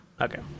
Okay